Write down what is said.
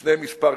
לפני ימים מספר,